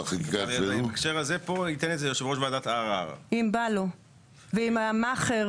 שהיא מאפשרת בעצם לפרקליטות לקבל באופן מקוון